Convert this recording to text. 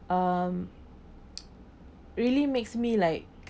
um really makes me like